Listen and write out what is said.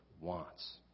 wants